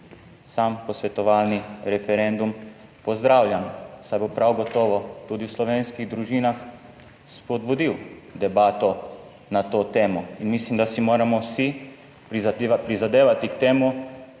sam posvetovalni referendum pozdravljam, saj bo prav gotovo tudi v slovenskih družinah spodbudil debato na to temo in mislim, da si moramo vsi prizadevati k temu,